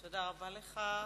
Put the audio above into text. תודה רבה לך.